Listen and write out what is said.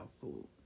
food